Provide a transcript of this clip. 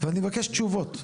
ואני מבקש תשובות.